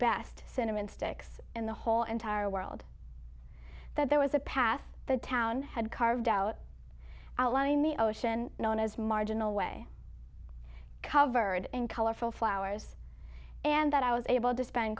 best cinnamon sticks in the whole entire world that there was a path the town had carved out outlining the ocean known as marginal way covered in colorful flowers and that i was able to spend